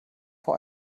vor